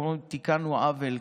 אנחנו אומרים: תיקנו עוול.